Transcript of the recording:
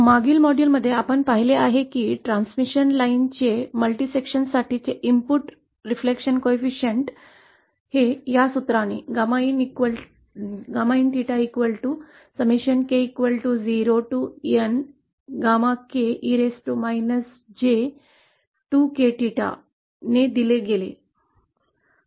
मागील मॉड्यूलमध्ये आपण पाहिले आहे की ट्रांसमिशन लाइनच्या अनेक विभागांसाठी इनपुट प्रतिबिंब गुणांक देखील या सूत्राद्वारे दिलेला आहे